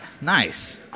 nice